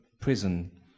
prison